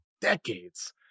decades